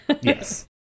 Yes